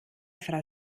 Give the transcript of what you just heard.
frau